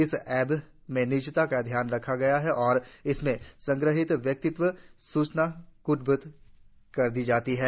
इस ऐप में निजता का ध्यान रखा गया है और इसमें संग्रहित व्यक्तिगत सूचना क्टबद्ध कर दी जाती है